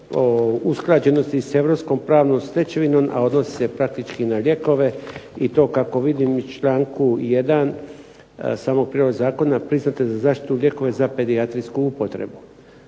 usklađenosti s europskom pravnom stečevinom, a odnosi se praktički na lijekove i to kako vidim u članku 1. samog prijedloga zakona priznato je za zaštitu lijekova za pedijatrijsku upotrebu.